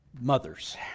Mothers